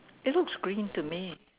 it looks green to me